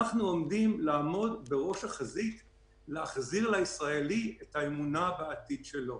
אנחנו עומדים לעמוד בראש החזית להחזיר לישראלי את האמונה בעתיד שלו.